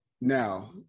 now